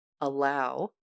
allow